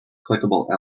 clickable